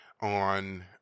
on